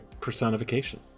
personification